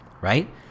right